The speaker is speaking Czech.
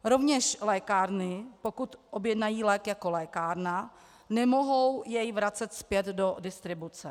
Rovněž lékárny, pokud objednají lék jako lékárna, nemohou jej vracet zpět do distribuce.